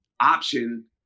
option